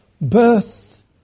birth